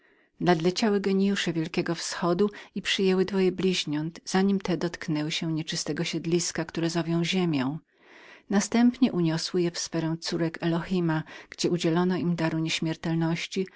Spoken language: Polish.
nadleciały gieniusze wielkiego wschodu i przyjęły dwoje bliźniąt zanim te dotknęły się nieczystego siedliska które zowią ziemią następnie uniosły je w sfery córek elohima gdzie udzielono im dar nieśmiertelności